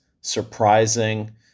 surprising